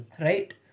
Right